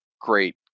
great